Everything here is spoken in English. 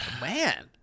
man